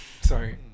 Sorry